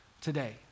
today